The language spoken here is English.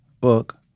book